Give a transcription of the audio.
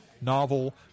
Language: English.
novel